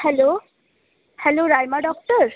hello hello Raima doctor